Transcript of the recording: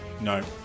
No